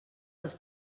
als